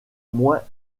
moins